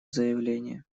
заявление